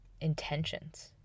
intentions